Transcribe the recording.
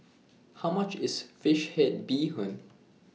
How much IS Fish Head Bee Hoon